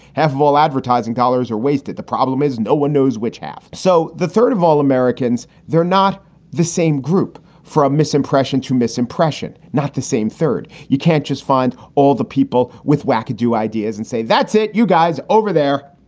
half of all advertising dollars are wasted. the problem is no one knows which half. so the third of all americans, they're not the same group from misimpression to misimpression, not the same. third, you can't just find all the people with wacky do ideas and say, that's it. you guys over there,